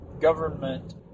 government